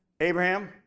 Abraham